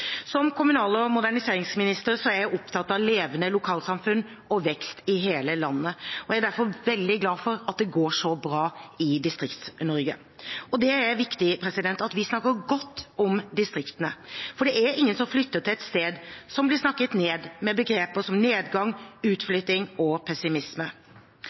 Som kommunal- og moderniseringsminister er jeg opptatt av levende lokalsamfunn og vekst i hele landet, og jeg er derfor veldig glad for at det går så bra i Distrikts-Norge. Og det er viktig at vi snakker godt om distriktene, for det er ingen som flytter til et sted som blir snakket ned med begreper som nedgang, utflytting og pessimisme.